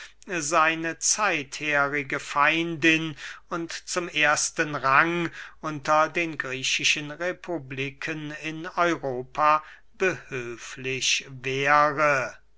seine zeitherige feindin und zum ersten rang unter den griechischen republiken in europa behülflich wäre